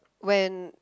when